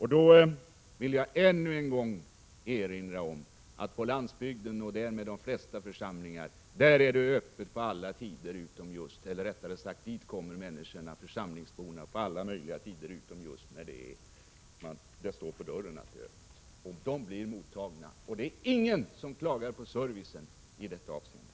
Jag vill än en gång erinra om att till de flesta församlingar på landsbygden kommer församlingsborna på alla möjliga tider och mera sällan på de tider då man enligt anslag på dörren håller öppet. Alla blir mottagna. Det är ingen som klagar på servicen i detta avseende.